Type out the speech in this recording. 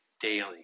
daily